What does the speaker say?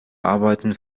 arbeiten